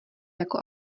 jako